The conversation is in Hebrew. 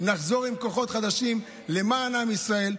נחזור עם כוחות חדשים למען עם ישראל.